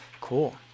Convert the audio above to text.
cool